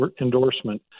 endorsement